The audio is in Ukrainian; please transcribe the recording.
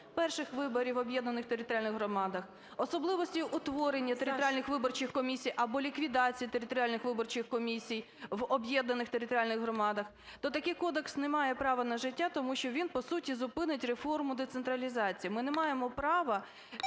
перших виборів у територіальних громадах, особливості утворення територіальних виборчих комісій або ліквідацію територіальних виборчих комісій в об'єднаних територіальних громадах, то такий кодекс не має права на життя, тому що він, по суті, зупинить реформу децентралізації. Ми не маємо права